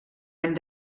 any